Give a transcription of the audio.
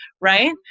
right